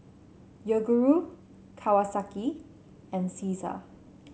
Yoguru Kawasaki and Cesar